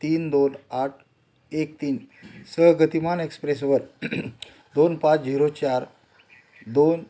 तीन दोन आठ एक तीन सह गतिमान एक्सप्रेसवर दोन पाच झिरो चार दोन